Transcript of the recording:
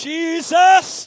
Jesus